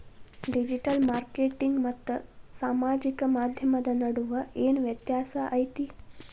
digital marketing ಮತ್ತ ಸಾಮಾಜಿಕ ಮಾಧ್ಯಮದ ನಡುವ ಏನ್ ವ್ಯತ್ಯಾಸ ಐತಿ